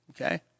okay